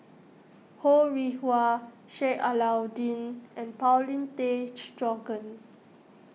Ho Rih Hwa Sheik Alau'ddin and Paulin Tay Straughan